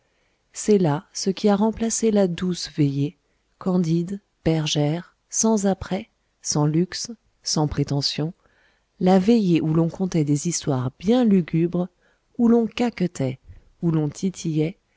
c'est là ce qui a remplacé la douce veillée candide bergère sans apprêt sans luxe sans prétention la veillée où l'on contait des histoires bien lugubres où l'on caquetait où l'on tillait